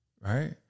right